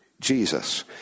Jesus